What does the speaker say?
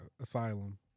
Asylum